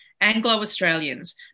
Anglo-Australians